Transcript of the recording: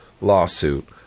lawsuit